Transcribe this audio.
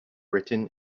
written